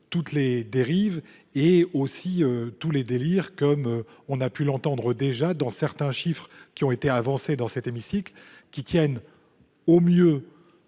toutes les dérives et aussi tous les délires, comme on a pu l’entendre déjà dans certains chiffres qui ont été avancés dans cet hémicycle. Ceux ci tiennent au mieux